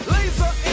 Laser